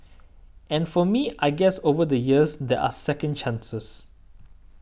and for me I guess over the years there are second chances